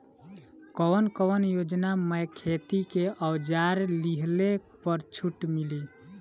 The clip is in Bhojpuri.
कवन कवन योजना मै खेती के औजार लिहले पर छुट मिली?